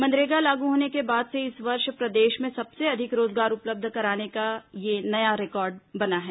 मनरेगा लागू होने के बाद से इस वर्ष प्रदेश में सबसे अधिक रोजगार उपलब्ध कराने का यह नया रिकॉर्ड बना है